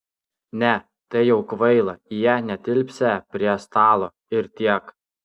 ne tai jau kvaila jie netilpsią prie stalo ir tiek